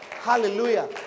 Hallelujah